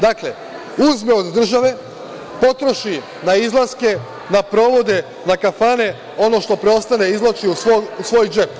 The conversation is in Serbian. Dakle, uzme od države, potroši na izlaske, na provode, na kafane, ono što preostane izvlači u svoj džep.